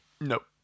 Nope